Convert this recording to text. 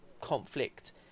conflict